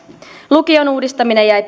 lukion uudistaminen jäi